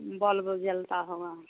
bulbo जलता होगा